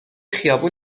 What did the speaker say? خیابون